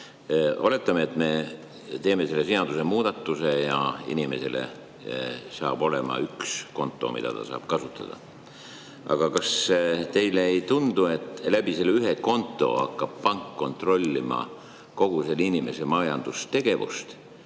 Oletame, et me teeme selle seadusemuudatuse ja inimesel hakkab olema üks konto, mida ta saab kasutada. Aga kas teile ei tundu, et selle ühe konto kaudu võib pank hakata kontrollima kogu selle inimese majandustegevust,